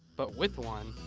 but with one,